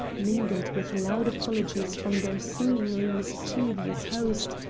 mingled with loud apologies from their seemingly mischievous host,